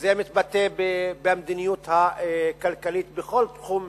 וזה מתבטא במדיניות הכלכלית בכל תחום